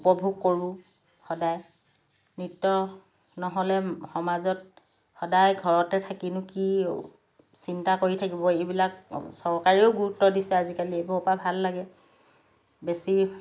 উপভোগ কৰোঁ সদায় নৃত্য নহ'লে সমাজত সদায় ঘৰতে থাকিনো কি চিন্তা কৰি থাকিব এইবিলাক চৰকাৰেও গুৰুত্ব দিছে আজিকালি এইবোৰৰ পৰা ভাল লাগে বেছি